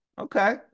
Okay